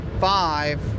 five